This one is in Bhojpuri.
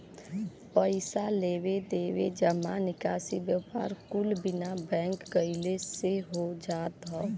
पइसा लेवे देवे, जमा निकासी, व्यापार कुल बिना बैंक गइले से हो जात हौ